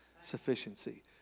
sufficiency